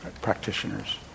practitioners